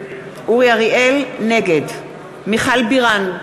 נגד מיכל בירן,